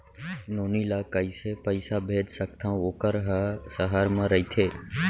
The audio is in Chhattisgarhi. नोनी ल कइसे पइसा भेज सकथव वोकर ह सहर म रइथे?